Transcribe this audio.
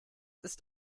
ist